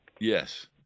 Yes